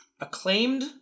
acclaimed